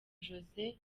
jose